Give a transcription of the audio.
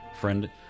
Friend